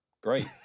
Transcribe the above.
Great